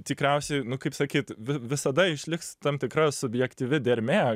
tikriausiai nu kaip sakyt vi visada išliks tam tikra subjektyvi dermė